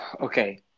Okay